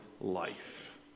life